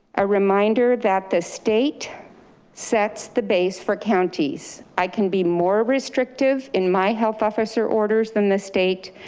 a reminder that the state sets the base for counties. i can be more restrictive in my health officer orders than the state,